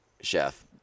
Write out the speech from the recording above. chef